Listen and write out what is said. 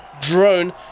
drone